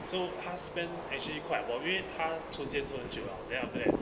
so 她 spend actually quite a lot 因为她出借做很久 liao then after that